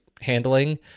handling